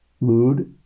Lud